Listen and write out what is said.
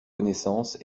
connaissance